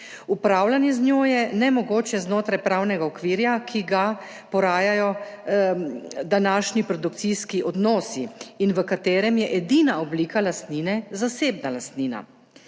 Upravljanje z njo je nemogoče znotraj pravnega okvira, ki ga porajajo današnji produkcijski odnosi in v katerem je edina oblika lastnine zasebna lastnina.